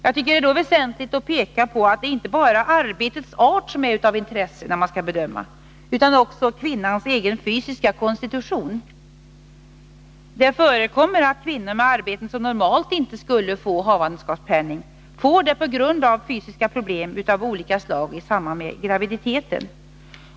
Jag tycker då att det är väsentligt att peka på att det inte bara är arbetets art som är av intresse vid bedömningen utan också kvinnans egen fysiska konstitution. Det förekommer att kvinnor, som har sådana arbeten att de normalt inte skulle få havandeskapspenning, får det på grund av fysiska problem av olika slag i samband med graviditeten.